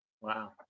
Wow